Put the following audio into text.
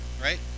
right